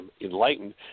enlightened